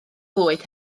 fwyd